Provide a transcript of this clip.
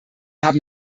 haben